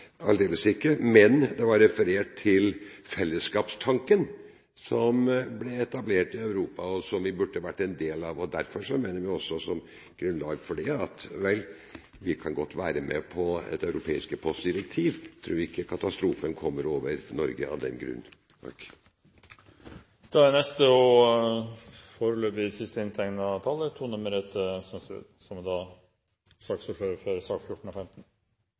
aldeles ikke. Men det var referert til fellesskapstanken, som ble etablert i Europa, og som vi burde vært en del av. Derfor mener vi også som grunnlag for det at vi kan være med på et europeisk postdirektiv. Vi tror ikke katastrofen kommer over Norge av den grunn. Jeg skal være veldig kort jeg også. Dette er til representanten Hoksrud, som